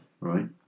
right